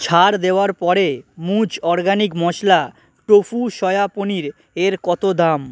ছাড় দেওয়ার পরে মুজ অরগ্যানিক মশলা টোফু সয়া পনির এর কত দাম